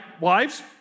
wives